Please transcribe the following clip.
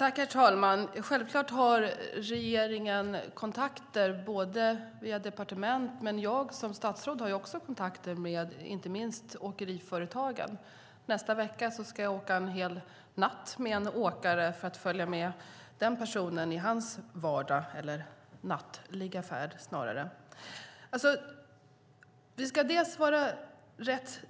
Herr talman! Självklart har regeringen kontakter via departement, men också jag som statsråd har kontakter med inte minst åkeriföretagen. Nästa vecka ska jag följa med en åkare en hel natt för att följa hans vardag eller snarare nattliga färd. Vi ska vara rätt